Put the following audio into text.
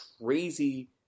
crazy